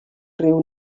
riu